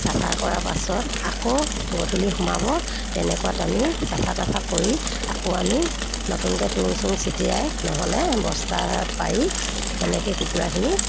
চাফা কৰাৰ পাছত আকৌ গধূলি সোমাব তেনেকুৱাত আমি চাফা তাফা কৰি আকৌ আমি নতুনকৈ টুং চুং ছটিয়াই নহ'লে বস্তা পাৰি তেনেকৈ কুকুৰাখিনি